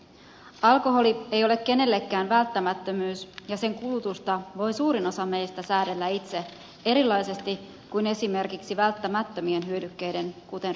alkoholi ei ole kenellekään välttämättömyys ja sen kulutusta voi suurin osa meistä säädellä itse eri lailla kuin esimerkiksi välttämättömien hyödykkeiden kuten ruuan kulutusta